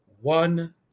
one